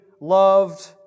loved